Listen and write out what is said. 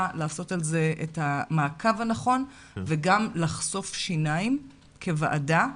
לעשות על זה את המעקב הנכון וגם לחשוף שיניים כוועדה,